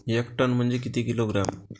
एक टन म्हनजे किती किलोग्रॅम?